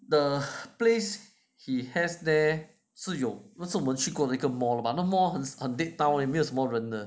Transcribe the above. the place he has there 是有那时后我们去过的一个 mall but the mall 很很 dead town 没有什么人的